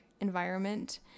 environment